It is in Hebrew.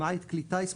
למעט כלי הטיס,